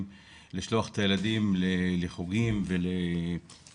בקושי לשלוח את הילדים לחוגים ולטיולים.